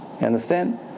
understand